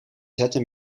zetten